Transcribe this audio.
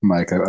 Mike